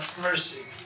mercy